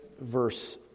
verse